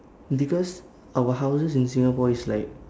because our houses in singapore is like